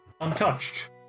untouched